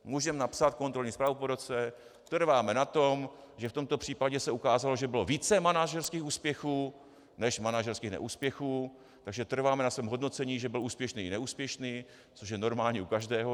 Můžeme napsat kontrolní zprávu po roce, trváme na tom, že v tomto případě se ukázalo, že bylo více manažerských úspěchů než manažerských neúspěchů, takže trváme na svém hodnocení, že byl úspěšný i neúspěšný, což je normální u každého.